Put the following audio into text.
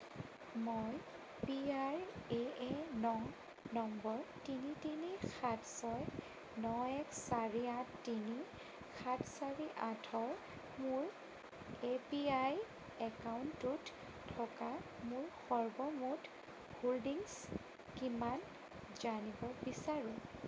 মই P R A N number তিনি তিনি সাত ছয় ন এক চাৰি আঠ তিনি সাত চাৰি আঠৰ মোৰ এপিআই একাউণ্টটোত থকা মোৰ সৰ্বমুঠ হোল্ডিংছ কিমান জানিব বিচাৰোঁ